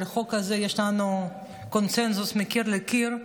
על החוק הזה יש לנו קונסנזוס מקיר לקיר.